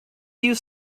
use